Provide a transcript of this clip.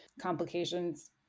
complications